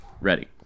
ready